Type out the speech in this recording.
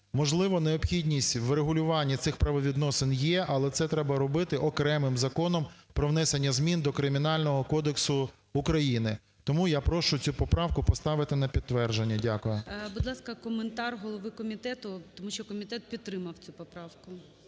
Можливо, необхідність врегулювання цих правовідносин є, але це треба робити окремим законом про внесення змін до Кримінального кодексу України. Тому я прошу цю поправку поставити на підтвердження. Дякую. ГОЛОВУЮЧИЙ. Будь ласка, коментар голови комітету. Тому що комітет підтримав цю поправку.